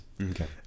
Okay